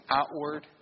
outward